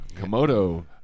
Komodo